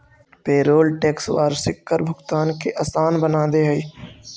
payroll tax वार्षिक कर भुगतान के असान बना दे हई